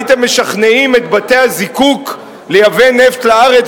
הייתם משכנעים את בתי-הזיקוק לייבא נפט לארץ